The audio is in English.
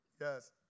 Yes